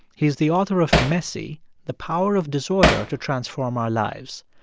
he's the author of messy the power of disorder to transform our lives.